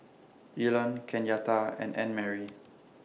Elon Kenyatta and Annmarie